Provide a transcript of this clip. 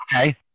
Okay